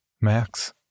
Max